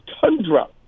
tundra